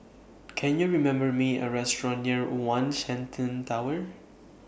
Can YOU remember Me A Restaurant near one Shenton Tower